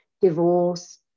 divorce